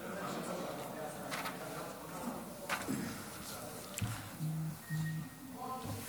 אני מביא את תשובתו של שר הביטחון: 1. חלקו של קו רכבת